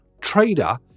trader